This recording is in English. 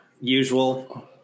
usual